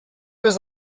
was